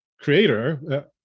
creator